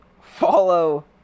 follow